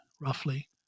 roughly